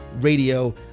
Radio